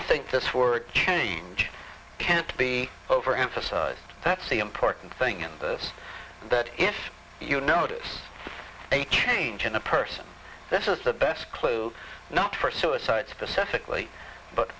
i think this word can be overemphasized that's the important thing in this that if you notice a change in the person this is the best clue not for suicide specifically but